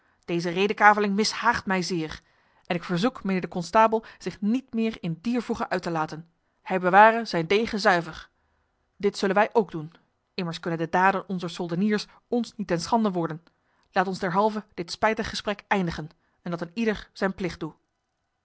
deze redekaveling mishaagt mij zeer en ik verzoek mijnheer de konstabel zich niet meer in dier voege uit te laten hij beware zijn degen zuiver dit zullen wij ook doen immers kunnen de daden onzer soldeniers ons niet ten schande worden laat ons derhalve dit spijtig gesprek eindigen en dat een ieder zijn plicht doe